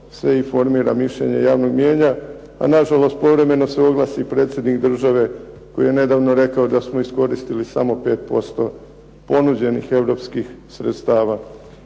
se informira mišljenje javnog mijenja, a na žalost povremeno se oglasi predsjednik države koji je nedavno rekao da smo iskoristili samo 5% ponuđenih europskih sredstava.